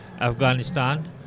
Afghanistan